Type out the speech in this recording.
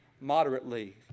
moderately